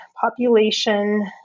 population